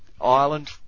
Ireland